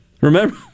Remember